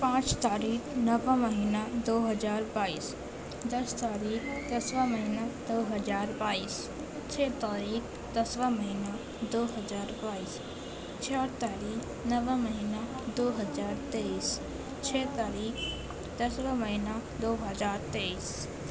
پانچ تاریخ نواں مہینہ دو ہزار بائیس دس تاریخ دسواں مہینہ دو ہزار بائیس چھ تاریخ دسواں مہینہ دو ہزار بائیس چار تاریخ نواں مہینہ دو ہزار تیئیس چھ تاریخ دسواں مہینہ دو ہزار تیئیس